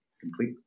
complete